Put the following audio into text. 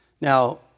Now